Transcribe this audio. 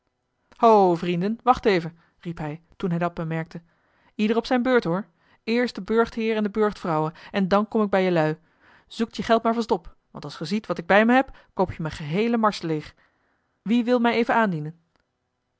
ho vrienden wacht even riep hij toen hij dat bemerkte ieder op zijne beurt hoor eerst de burchtheer en de burchtvrouwe en dan kom ik bij jelui zoekt je geld maar vast op want als ge ziet wat ik bij mij heb koop je mijne geheele mars leeg wie wil mij even aandienen